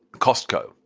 costco,